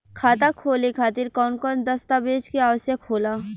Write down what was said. खाता खोले खातिर कौन कौन दस्तावेज के आवश्यक होला?